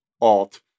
alt